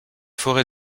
forêts